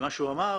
למה שהוא אמר,